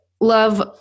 love